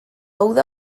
uda